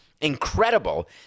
incredible